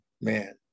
man